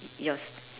yours